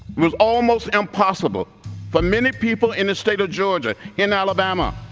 was almost impossible for many people in the state of georgia, in alabama,